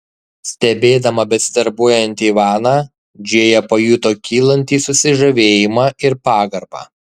stebėdama besidarbuojantį ivaną džėja pajuto kylantį susižavėjimą ir pagarbą